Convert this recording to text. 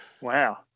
Wow